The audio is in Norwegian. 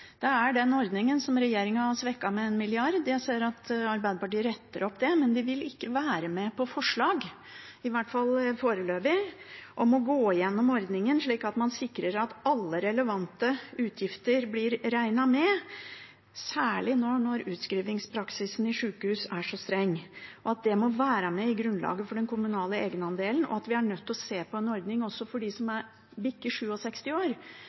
Det er den ordningen som regjeringen har svekket med en milliard. Jeg ser at Arbeiderpartiet retter opp det, men de vil ikke være med på forslag, i hvert fall ikke foreløpig, om å gå igjennom ordningen, slik at man sikrer at alle relevante utgifter blir regnet med. Særlig nå når utskrivingspraksisen i sjukehus er så streng, må det være med i grunnlaget for den kommunale egenandelen, og vi er nødt til å se på en ordning også for dem som bikker 67 år.